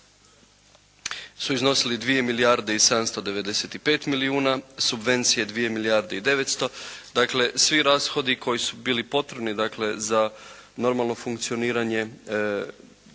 su iznosili dvije milijarde i 795 milijuna. Subvencije dvije milijarde i 900. Dakle svih rashodi koji su bili potrebni dakle za normalno funkcioniranje